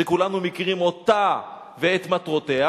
שכולנו מכירים אותה ואת מטרותיה.